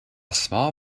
small